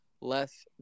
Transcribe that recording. Less